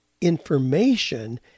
information